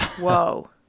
whoa